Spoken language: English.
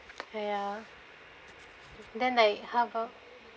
!aiya! then how about